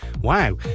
Wow